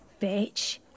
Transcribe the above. Bitch